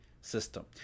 system